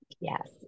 Yes